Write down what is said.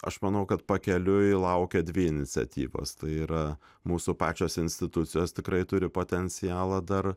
aš manau kad pakeliui laukia dvi iniciatyvos tai yra mūsų pačios institucijos tikrai turi potencialą dar